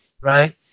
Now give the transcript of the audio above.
right